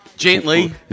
Gently